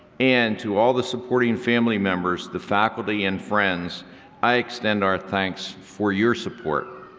and to all the supporting family members, the faculty and friends i extend our thanks for your support.